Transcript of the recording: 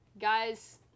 Guys